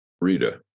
Rita